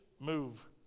Move